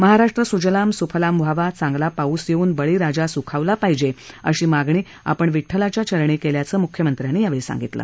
महाराष्ट्र सुजलाम सुफलाम व्हावा चांगला पाऊस येऊन बळी राजा सुखावला पाहिजे अशी मागणी आपण विड्ठलाच्या चरणी केल्याचं मुख्यमंत्र्यांनी यावेळी सांगितलं